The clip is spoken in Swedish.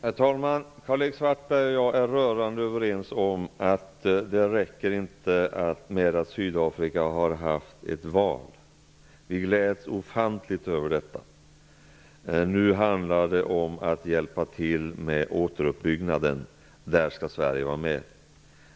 Herr talman! Karl-Erik Svartberg och jag är rörande överens om att det inte räcker med att Sydafrika har haft ett val. Vi gläds ofantligt över valet. Men nu handlar det om att hjälpa till med återuppbyggnaden, och där skall Sverige vara med.